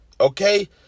okay